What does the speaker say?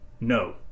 No